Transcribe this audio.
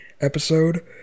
episode